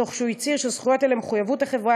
תוך שהוא הצהיר שזכויות אלו ומחויבות החברה